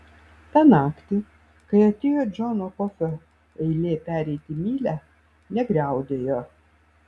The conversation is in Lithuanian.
tą naktį kai atėjo džono kofio eilė pereiti mylia negriaudėjo